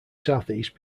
southeast